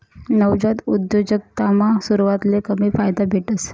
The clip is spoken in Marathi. नवजात उद्योजकतामा सुरवातले कमी फायदा भेटस